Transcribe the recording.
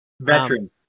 Veteran